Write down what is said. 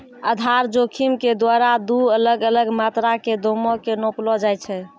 आधार जोखिम के द्वारा दु अलग अलग मात्रा के दामो के नापलो जाय छै